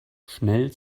schnell